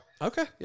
Okay